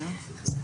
(8)